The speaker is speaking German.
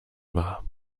war